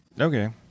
Okay